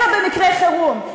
אלא במקרי חירום,